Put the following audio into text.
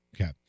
Okay